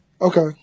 Okay